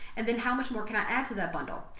and then how much more can i add to that bundle?